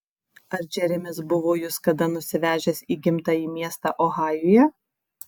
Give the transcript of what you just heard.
ar džeremis buvo jus kada nusivežęs į gimtąjį miestą ohajuje